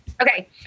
Okay